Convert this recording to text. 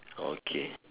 okay